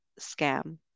scam